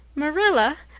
marilla,